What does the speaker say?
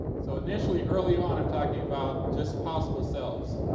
so initially, early on, i'm talking about just possible selves,